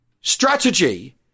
strategy